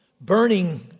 burning